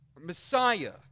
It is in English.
Messiah